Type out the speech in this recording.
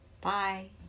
Bye